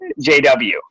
JW